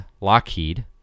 lockheed